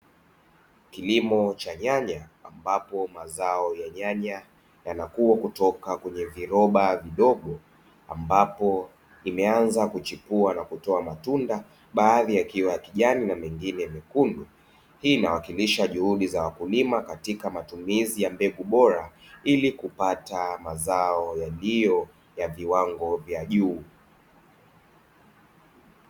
Kilimo cha nyanya ambapo mazao ya nyanya yanakuwa kutoka kwenye viroba vidogo, ambapo imeanza kuchipua na kutoa matunda baadhi yakiwa ya kijani na mengine mekundu. Hii inawakilisha juhudi za wakulima katika matumizi ya mbegu bora, ili kupata mazao yaliyo ya viwango vya juu.